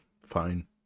fine